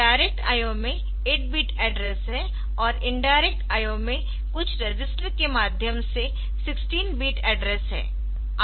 direct IO में 8 bit address है और इनडायरेक्ट IO में कुछ रजिस्टर के माध्यम से 16 बिट एड्रेस है